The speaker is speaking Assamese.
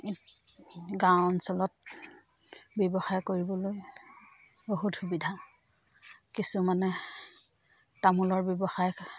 গাঁও অঞ্চলত ব্যৱসায় কৰিবলৈ বহুত সুবিধা কিছুমানে তামোলৰ ব্যৱসায়